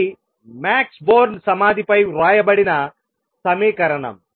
ఇది Max Born సమాధిపై వ్రాయబడిన సమీకరణం